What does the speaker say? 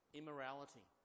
immorality